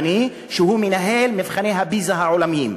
המנהל את מבחני פיז"ה העולמיים,